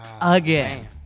again